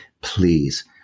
Please